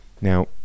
Now